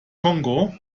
kongo